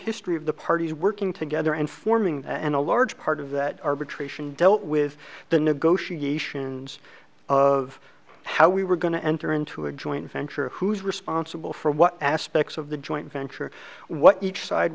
history of the parties working together and forming and a large part of that arbitration dealt with the negotiations of how we were going to enter into a joint venture of who's responsible for what aspects of the joint venture what each side